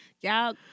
y'all